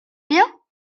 bien